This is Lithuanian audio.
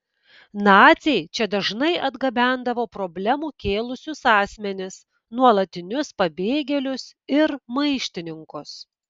naciai čia dažnai atgabendavo problemų kėlusius asmenis nuolatinius pabėgėlius ir maištininkus